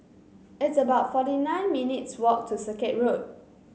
it's about forty nine minutes' walk to Circuit Road